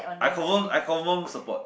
I confirm I confirm support